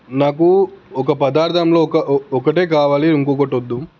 నాకు ఒక పదార్థంలో ఒక ఒక ఒకటే కావాలి ఇంకొకటి వద్దు